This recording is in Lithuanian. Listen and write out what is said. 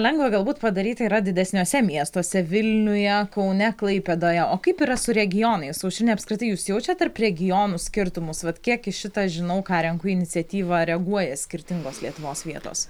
lengva galbūt padaryti yra tą didesniuose miestuose vilniuje kaune klaipėdoje o kaip yra su regionais aušrine apskritai jūs jaučiate tarp regionų skirtumus vat kiek į šitą žinau ką renku iniciatyvą reaguoja skirtingos lietuvos vietos